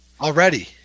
Already